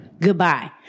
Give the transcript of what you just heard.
Goodbye